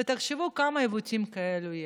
ותחשבו כמה עיוותים כאלה יש,